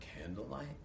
candlelight